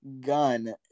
gun